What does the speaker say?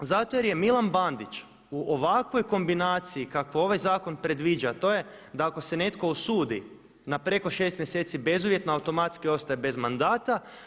Zato jer je Milan Bandić u ovakvoj kombinaciji kako ovaj zakon predviđa a to je da ako se netko usudi na preko 6 mjeseci bezuvjetno automatski ostaje bez mandata.